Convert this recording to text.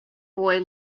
boy